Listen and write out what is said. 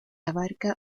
abarca